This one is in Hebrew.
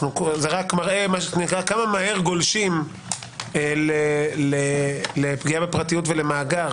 זה רק מראה כמה מהר גולשים לפגיעה בפרטיות ולמאגר.